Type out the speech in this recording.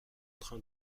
train